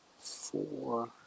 four